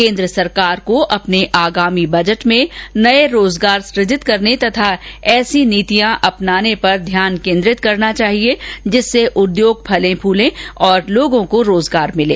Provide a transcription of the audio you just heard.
केन्द्र सरकार को अपने आगामी बजट में नये रोजगार सुजित करने तथा ऐसी नीतियां अपनाने पर ध्यान केन्द्रित करना चाहिए जिससे उद्योग फलें फूलें और लोगों को रोजगार मिले